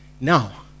Now